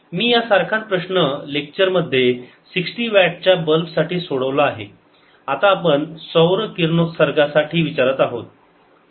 मी या सारखाच प्रश्न लेक्चर मध्ये 60 वॅट्स च्या बल्ब साठी सोडवला आहे आता आपण सौर किरणोत्सर्गासाठी विचारत आहोत